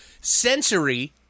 sensory